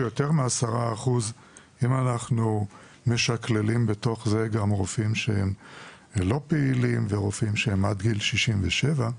מ-10% אם אנחנו משקללים בתוך גם רופאים לא פעילים ורופאים עד גיל 67,